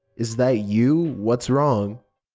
is that you? what's wrong?